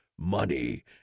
money